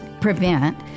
prevent